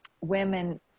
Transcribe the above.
women